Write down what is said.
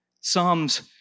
Psalms